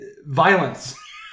Violence